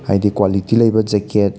ꯍꯥꯏꯗꯤ ꯀ꯭ꯋꯥꯂꯤꯇꯤ ꯂꯩꯕ ꯖꯦꯀꯦꯠ